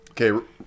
Okay